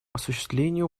осуществлению